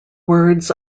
words